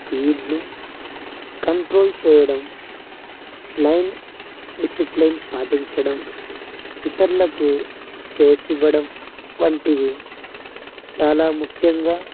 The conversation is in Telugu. స్పీడ్ను కంట్రోల్ చేయడం లైన్ డిసిప్లైన్ పాటించడం ఇతరులకు స్పేస్ ఇవ్వడం వంటివి చాలా ముఖ్యంగా